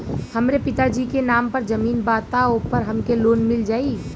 हमरे पिता जी के नाम पर जमीन बा त ओपर हमके लोन मिल जाई?